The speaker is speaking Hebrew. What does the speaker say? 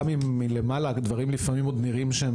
גם אם מלמעלה הדברים עוד נראים לפעמים שהם